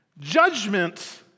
Judgment